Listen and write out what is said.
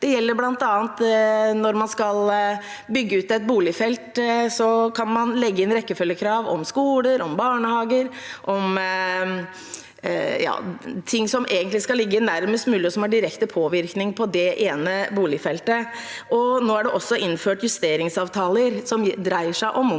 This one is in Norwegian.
Det gjelder bl.a. at når man skal bygge ut et boligfelt, kan man legge inn rekkefølgekrav om skoler, om barnehager, om ting som egentlig skal ligge nærmest mulig, og som har direkte påvirkning på det ene boligfeltet. Nå er det også innført justeringsavtaler som dreier seg om